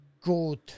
good